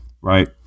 Right